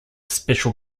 special